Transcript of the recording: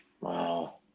wow